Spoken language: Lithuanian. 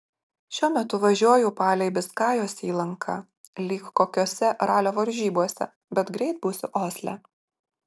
šiuo metu važiuoju palei biskajos įlanką lyg kokiose ralio varžybose bet greit būsiu osle